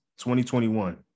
2021